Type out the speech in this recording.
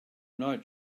not